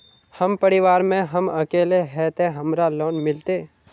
हम परिवार में हम अकेले है ते हमरा लोन मिलते?